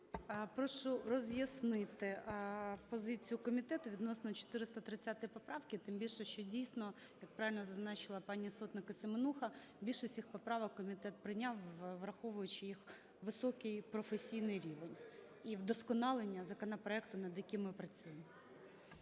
Прошу роз'яснити позицію комітету відносно 430 поправки. Тим більше, що, дійсно, як правильно зазначила пані Сотник і Семенуха, більшість їх поправок комітет прийняв, враховуючи їх високий професійний рівень і вдосконалення законопроекту, над яким ми працюємо.